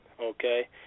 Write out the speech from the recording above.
okay